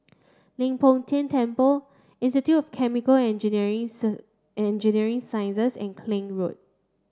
Leng Poh Tian Temple Institute of Chemical and Engineering Engineering Sciences and Klang Road